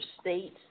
state